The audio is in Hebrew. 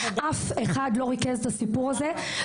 אף אחד לא ריכז את הסיפור הזה,